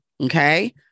okay